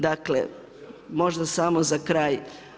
Dakle, možda samo za kraj.